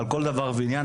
על כל דבר ועניין?